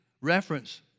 reference